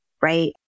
right